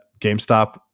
GameStop